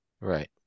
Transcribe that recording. Right